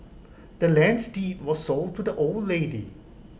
the land's deed was sold to the old lady